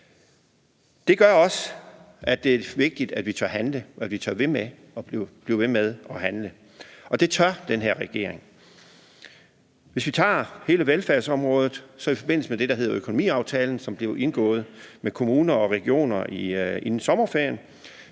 Det gør også, at det er vigtigt, at vi tør handle, og at vi tør blive ved med at handle, og det tør den her regering. Hvis vi tager hele velfærdsområdet, gav vi i forbindelse med det, der hedder økonomiaftalen, som blev indgået med kommuner og regioner inden sommerferien,